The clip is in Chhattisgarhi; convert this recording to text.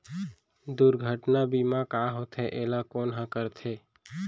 दुर्घटना बीमा का होथे, एला कोन ह करथे?